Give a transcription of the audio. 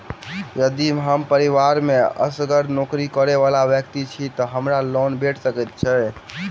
यदि हम परिवार मे असगर नौकरी करै वला व्यक्ति छी तऽ हमरा लोन भेट सकैत अछि?